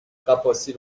غواصی